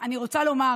אני רוצה לומר